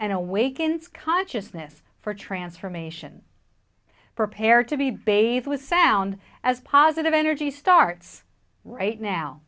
awakens consciousness for transformation prepare to be bathed with sound as positive energy starts right now